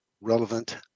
relevant